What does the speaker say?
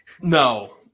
No